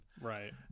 right